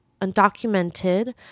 undocumented